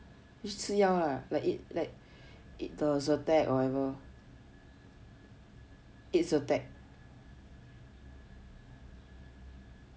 吃药 lah like eat like eat Zyrtec or whatever eat Zyrtec